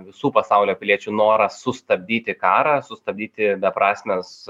visų pasaulio piliečių noras sustabdyti karą sustabdyti beprasmes